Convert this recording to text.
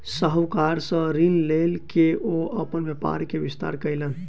साहूकार सॅ ऋण लय के ओ अपन व्यापार के विस्तार कयलैन